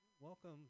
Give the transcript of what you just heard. welcome